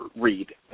Read